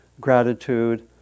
gratitude